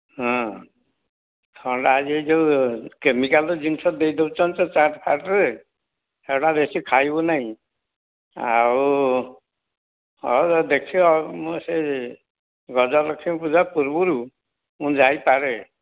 ହଁ ଥଣ୍ଡା ଏ ଯେଉଁ କେମିକାଲ୍ ଜିନିଷ ଦେଇ ଦେଉଛନ୍ତି ତ ଚାଟ୍ ଫାଟ୍ରେ ସେଇଟା ବେଶୀ ଖାଇବୁ ନାହିଁ ଆଉ ହଉ ଦେଖିବା ମୁଁ ସେ ଗଜଲକ୍ଷ୍ମୀ ପୂଜା ପୂର୍ବରୁ ମୁଁ ଯାଇପାରେ